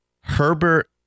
Herbert